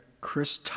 Chris